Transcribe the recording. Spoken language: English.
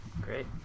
Great